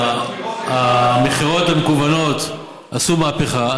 המכירות המקוונות עשו מהפכה.